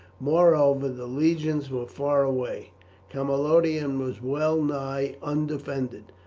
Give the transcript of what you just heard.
moreover the legions were far away camalodunum was well nigh undefended,